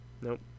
Nope